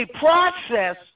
process